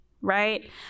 Right